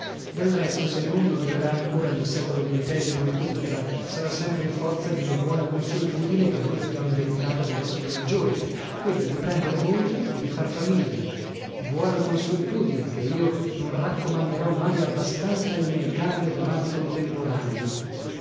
del resto se il mondo durerà ancora nel secolo ventesimo et ultra sarà sempre in forza di una buona consuetudine che noi abbiamo ereditata dai nostri maggiori quella di prender moglie e di far famiglia buona consuetudine che io non raccomanderò mai abbastanza ai miei cari ed amati contemporanei